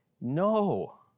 no